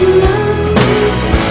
love